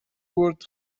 برد